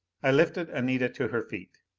i lifted anita to her feet.